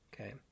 Okay